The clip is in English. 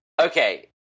Okay